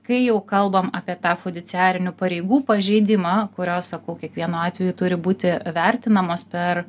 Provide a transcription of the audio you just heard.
kai jau kalbam apie tą fudiciarinių pareigų pažeidimą kurios sakau kiekvienu atveju turi būti vertinamos per